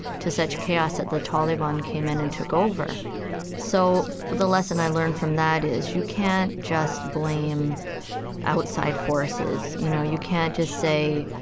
to such chaos that the taliban came in and took over so the lesson i learned from that is you can't just blame outside forces. you know, you can't just say,